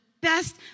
best